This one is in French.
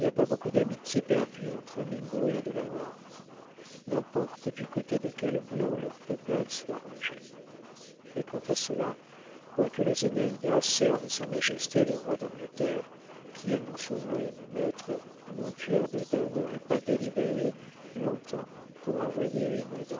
pas beaucoup d'amitié perdu entre un mingo et un delaware n'importe du côté de quels blancs leurs peuplades soient rangées et quant à cela quoique les onéidas servent sa majesté le roi d'angleterre qui est mon souverain et mon maître mon tueur de daims n'aurait pas délibéré longtemps pour envoyer une